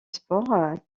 sport